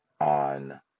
on